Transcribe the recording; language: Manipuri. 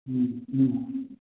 ꯎꯝ ꯎꯝ